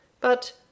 But